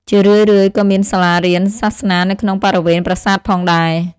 ជារឿយៗក៏មានសាលារៀនសាសនានៅក្នុងបរិវេណប្រាសាទផងដែរ។